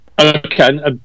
Okay